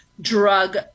drug